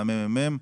מהממ"מ,